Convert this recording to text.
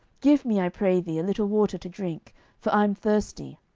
give me, i pray thee, a little water to drink for i am thirsty.